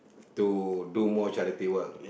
to do more charity work